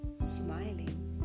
smiling